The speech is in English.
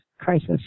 crisis